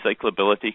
recyclability